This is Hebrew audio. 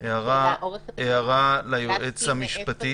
התקנות העיקריות שקובעות את